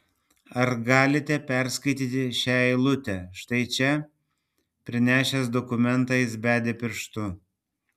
ar galite perskaityti šią eilutę štai čia prinešęs dokumentą jis bedė pirštu